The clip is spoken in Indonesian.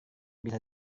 bisa